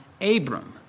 Abram